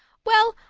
well,